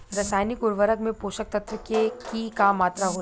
रसायनिक उर्वरक में पोषक तत्व के की मात्रा होला?